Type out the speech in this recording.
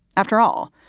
after all,